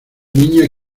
niña